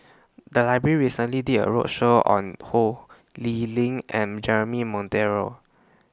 The Library recently did A roadshow on Ho Lee Ling and Jeremy Monteiro